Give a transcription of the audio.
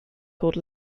called